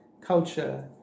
culture